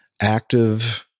active